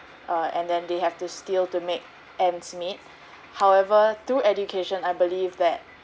err and then they have to steal to make ends meet however through education I believe that